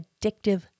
addictive